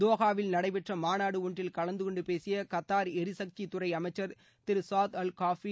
தோகாவில் நடைபெற்ற மாநாடு ஒன்றில் கலந்து கொண்டு பேசிய கத்தார் எரிசக்தித்துறை அமைச்சர் திரு சாத் அல் காபி